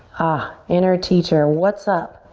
ah, inner teacher, what's up?